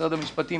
משרד המשפטים,